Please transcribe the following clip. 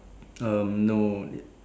um no